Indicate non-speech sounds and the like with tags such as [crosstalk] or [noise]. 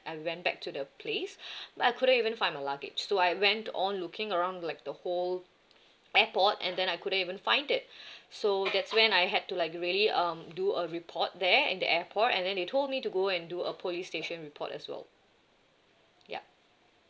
I went back to the place [breath] but I couldn't even find my luggage so I went on looking around like the whole airport and then I couldn't even find it [breath] so that's when I had to like really um do a report there in the airport and then they told me to go and do a police station report as well yup